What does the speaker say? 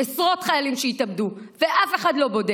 עשרות חיילים שהתאבדו, ואף אחד לא בודק.